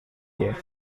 here